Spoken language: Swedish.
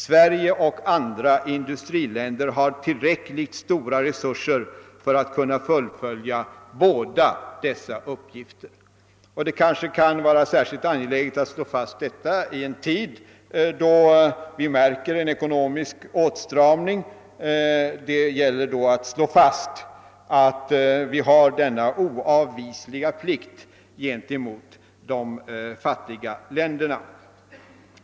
Sverige och andra industriländer har tillräckligt stora resurser för att kunna fullfölja båda dessa uppgifter.» Det kan kanske vara särskilt angeläget att slå fast detta i en tid då vi märker tecken på en ekonomisk åtstramning. Det gäller då att slå fast att vi har denna oavvisliga plikt gentemot de fattiga länderna.